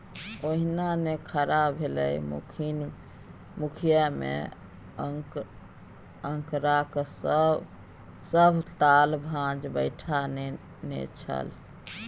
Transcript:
ओहिना नै खड़ा भेलै मुखिय मे आंकड़ाक सभ ताल भांज बैठा नेने छल